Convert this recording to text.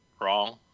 wrong